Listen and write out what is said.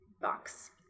box